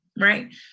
right